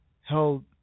held